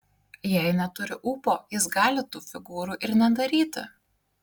jei neturi ūpo jis gali tų figūrų ir nedaryti